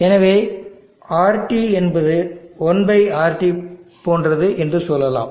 எனவே RT என்பது 1 RT போன்றது என்று சொல்லலாம்